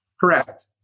Correct